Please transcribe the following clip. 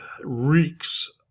reeks